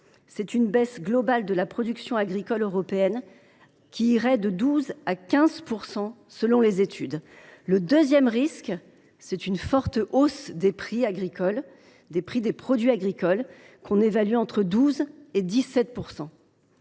c’est une baisse globale de la production agricole européenne, de l’ordre de 12 % à 15 % selon les études. Le deuxième, c’est une forte hausse des prix des produits agricoles, évaluée entre 12 % et 17 %.